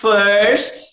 First